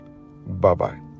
Bye-bye